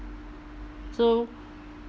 so